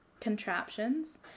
contraptions